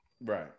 right